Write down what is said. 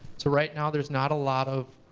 so right now there's not a lot of,